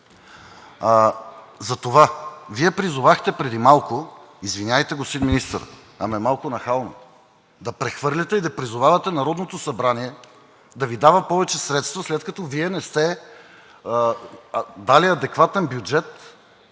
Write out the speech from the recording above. ужаси! Вие призовахте преди малко – извинявайте, господин Министър, ама е малко нахално да прехвърляте и да призовавате Народното събрание да Ви дава повече средства, след като Вие не сте дали адекватен бюджет,